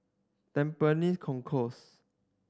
Tampines Concourse